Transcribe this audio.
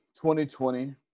2020